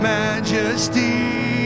majesty